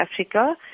Africa